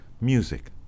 music